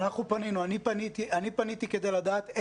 אני פניתי כדי לדעת.